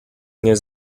nie